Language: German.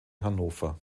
hannover